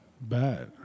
Bad